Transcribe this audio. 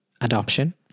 adoption